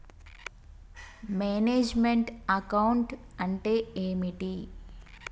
Manage meant account అంటే ఏమిటి?